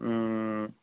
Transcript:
ওম